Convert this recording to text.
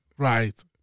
Right